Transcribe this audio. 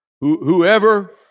Whoever